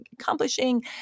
accomplishing